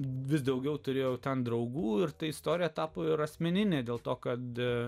vis daugiau turėjau ten draugų ir ta istorija tapo ir asmeninė dėl to kada